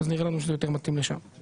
נראה לנו שזה יותר מתאים לשם.